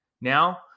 Now